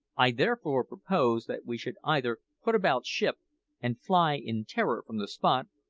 i therefore propose that we should either put about ship and fly in terror from the spot,